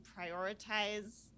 prioritize